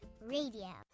radio